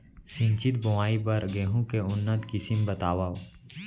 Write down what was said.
सिंचित बोआई बर गेहूँ के उन्नत किसिम बतावव?